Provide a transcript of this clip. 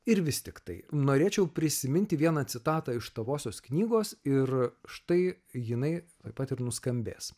ir vis tiktai norėčiau prisiminti vieną citatą iš tavosios knygos ir štai jinai tuoj pat ir nuskambės